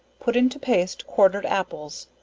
put into paste, quartered apples,